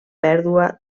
pèrdua